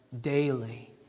daily